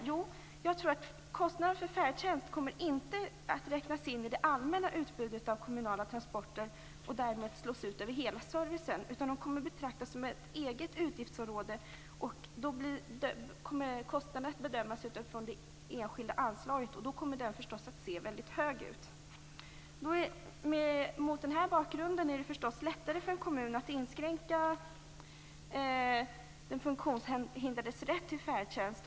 Jo, jag tror att kostnaden för färdtjänst inte kommer att räknas in i det allmänna utbudet av kommunala transporter och därmed slås ut över hela servicen, utan färdtjänsten kommer att betraktas som ett eget utgiftsområde. Kostnaden kommer då att bedömas utifrån det enskilda anslaget och därmed se väldigt hög ut. Mot den här bakgrunden är det förstås lättare för en kommun att inskränka den funktionshindrades rätt till färdtjänst.